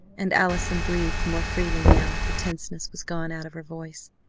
and allison breathed more freely now the tenseness was gone out of her voice.